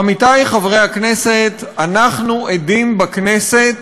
עמיתי חברי הכנסת, אנחנו עדים בכנסת